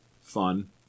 fun